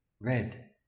red